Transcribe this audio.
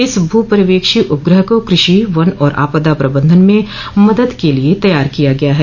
इस भू पर्यवेक्षी उपग्रह को कृषि वन और आपदा प्रबंधन में मदद के लिये तैयार किया गया है